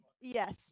Yes